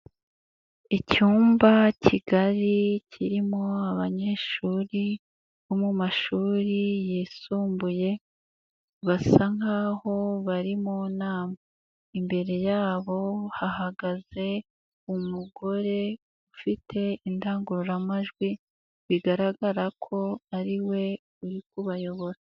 Icyumba kigari kirimo abanyeshuri bo mu mashuri yisumbuye basa nk'aho bari mu nama, imbere yabo hahagaze umugore ufite indangururamajwi, bigaragara ko ariwe uri kubayobora.